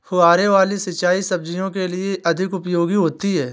फुहारे वाली सिंचाई सब्जियों के लिए अधिक उपयोगी होती है?